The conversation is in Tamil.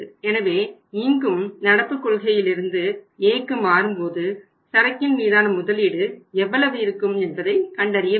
எனவே இங்கும் நடப்பு கொள்கையிலிருந்து Aக்கு மாறும்போது சரக்கின் மீதான முதலீடு எவ்வளவு இருக்கும் என்பதை கண்டறிய வேண்டும்